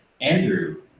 Andrew